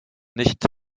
nicht